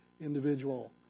individual